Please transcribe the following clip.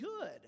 good